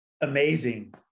Amazing